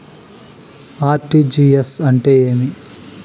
RTGS అంటే ఏమి